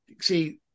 see